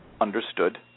understood